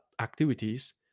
activities